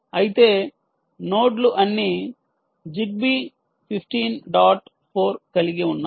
అయితే నోడ్లు అన్నీ జిగ్బీ 15 డాట్ 4 కలిగివున్నాయి